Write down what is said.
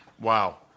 Wow